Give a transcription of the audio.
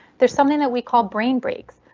there's something that we call brain breaks.